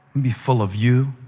be full of you,